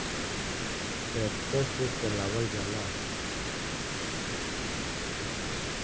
tractor से चलावल जाला